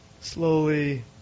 slowly